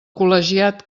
col·legiat